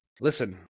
listen